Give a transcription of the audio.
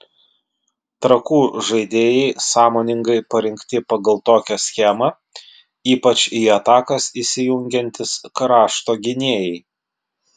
trakų žaidėjai sąmoningai parinkti pagal tokią schemą ypač į atakas įsijungiantys krašto gynėjai